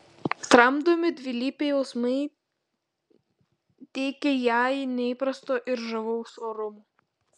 tramdomi dvilypiai jausmai teikia jai neįprasto ir žavaus orumo